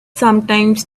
sometimes